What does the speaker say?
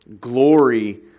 glory